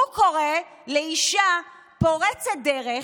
הוא קורא לאישה פורצת דרך,